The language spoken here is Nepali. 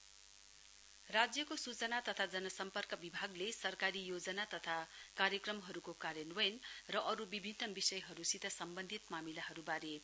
गर्भमेन्ट पोर्टल राज्यको सूचना तथा जन सम्पर्क विभागले सरकारी योजना तथा कार्यक्रमहरूको कार्यान्वयन र अरू विभिन्न विषयहरूसित सम्बन्धित मामिलाहरूबारे